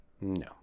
no